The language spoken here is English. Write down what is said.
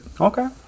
Okay